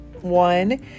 one